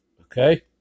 okay